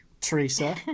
Teresa